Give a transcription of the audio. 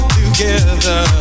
together